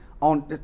On